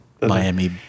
Miami